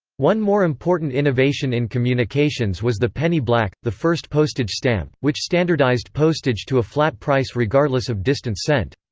one more important innovation in communications was the penny black, the first postage stamp, which standardised postage to a flat price regardless of distance sent.